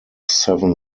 seven